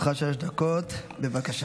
לרשותך שלוש דקות, בבקשה.